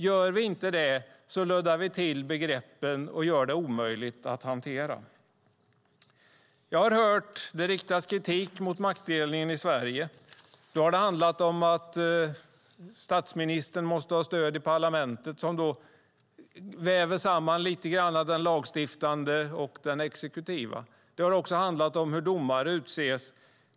Om vi inte gör det luddar vi till begreppen och gör det hela omöjligt att hantera. Jag har hört kritik riktas mot maktdelningen i Sverige. Det har handlat om att statsministern måste ha stöd i parlamentet. Då väver man lite grann samman den lagstiftande och den exekutiva makten. Det har också handlat om hur domare utses.